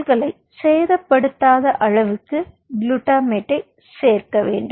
செல்களை சேதப்படுத்தாத அளவுக்கு குளுட்மேட்டை சேர்க்க வேண்டும்